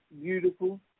beautiful